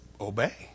obey